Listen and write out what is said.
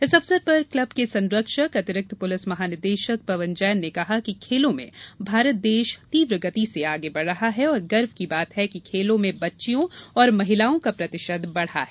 इस अवसर पर क्लब के संरक्षक अतिरिक्त पुलिस महानिदेशक पवन जैन ने कहा कि खेलों में भारत देश तीव्र गति से आगे बढ़ रहा है और गर्व की बात है कि खेलों में बच्चियों और महिलाओं का प्रतिशत बढ़ा है